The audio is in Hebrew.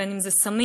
בין אם זה סמים,